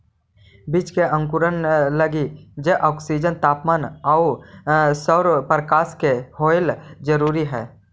बीज के अंकुरण लगी जल, ऑक्सीजन, तापमान आउ सौरप्रकाश के होवेला जरूरी हइ